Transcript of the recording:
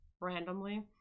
randomly